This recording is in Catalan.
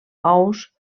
ous